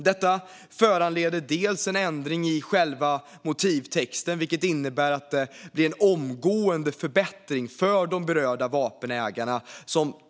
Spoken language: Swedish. Detta föranleder en ändring i själva motivtexten, vilket innebär att det blir en omgående förbättring för de berörda vapenägarna.